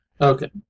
Okay